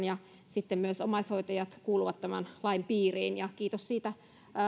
ja sitten myös omaishoitajat kuuluvat tämän lain piiriin kiitos siitä